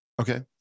Okay